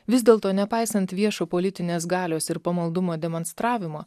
vis dėlto nepaisant viešo politinės galios ir pamaldumo demonstravimo